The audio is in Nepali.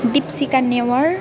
दीपसिका नेवर